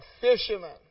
fisherman